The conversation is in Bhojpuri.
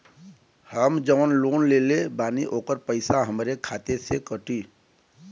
हम जवन लोन लेले बानी होकर पैसा हमरे खाते से कटी?